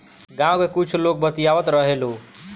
गाँव के कुछ लोग बतियावत रहेलो